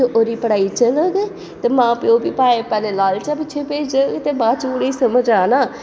ते ओह्दी पढ़ाई चलग मां प्योऽ बी भामें लालचै पिच्छें भेजन ते बाद च उ'नेंगी समझ आना